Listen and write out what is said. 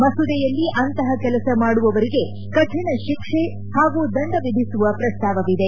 ಮಸೂದೆಯಲ್ಲಿ ಅಂತಹ ಕೆಲಸ ಮಾಡುವವರಿಗೆ ಕಠಿಣ ಶಿಕ್ಷೆ ಹಾಗೂ ದಂಡ ವಿಧಿಸುವ ಪ್ರಸ್ತಾವವಿದೆ